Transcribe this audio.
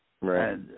Right